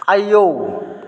आयौ